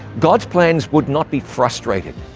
god's plans would not be frustrated.